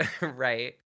Right